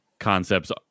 Concepts